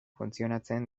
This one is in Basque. funtzionatzen